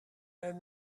and